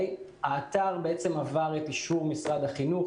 האתר קיבל את אישור משרד החינוך.